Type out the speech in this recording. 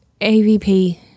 AVP